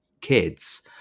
kids